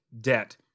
debt